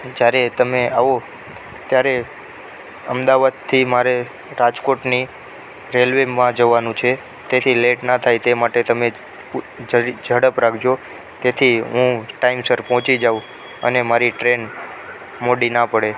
જ્યારે તમે આવો ત્યારે અમદાવાદથી મારે રાજકોટની રેલવેમાં જવાનું છે તેથી લેટ ના થાય તે માટે તમે ઉ જ ઝડપ રાખજો તેથી હું ટાઈમસર પહોંચી જાઉં અને મારી ટ્રેન મોડી ના પડે